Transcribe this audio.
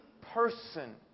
person